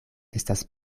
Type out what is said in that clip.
estas